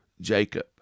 Jacob